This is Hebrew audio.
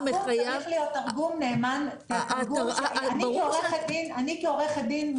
אני כעורכת דין,